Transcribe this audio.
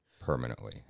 permanently